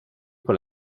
con